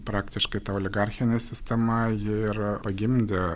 praktiškai ta oligarchinė sistema ji ir pagimdė